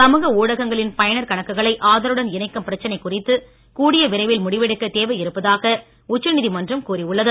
சமூக ஊடகங்களின் பயணர் கணக்குகளை ஆதாருடன் இணைக்கும் பிரச்சனை குறித்து கூடிய விரைவில் முடிவெடுக்கத் தேவை இருப்பதாக உச்ச நீதிமன்றம் கூறியுள்ளது